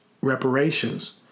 reparations